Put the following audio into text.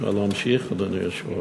אפשר להמשיך, אדוני היושב-ראש?